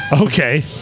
Okay